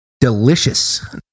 Delicious